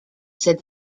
said